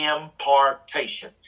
impartation